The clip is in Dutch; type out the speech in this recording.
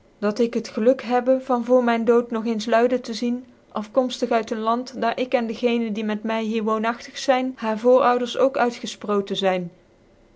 dat ik het geluk hebbe van voor mjo dood nog eens luiden te zie afkomftig uit een land daar ik en de gcencn die met my hier woon igtig zyn haar voorouders ook uitgefprooten zyn